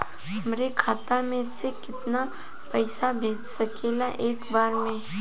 हमरे खाता में से कितना पईसा भेज सकेला एक बार में?